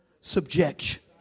Subjection